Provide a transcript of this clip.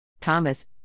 Thomas